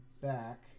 back